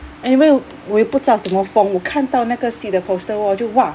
anyway 我也不知道什么风我看到那个戏的 poster 我就 !wah!